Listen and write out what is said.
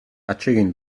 atsegin